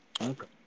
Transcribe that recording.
Okay